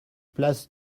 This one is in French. place